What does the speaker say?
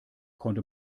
konnte